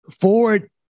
Ford